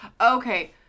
Okay